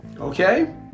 Okay